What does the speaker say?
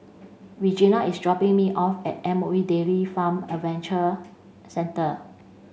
Regena is dropping me off at M O E Dairy Farm Adventure Centre